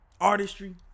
Artistry